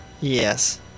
yes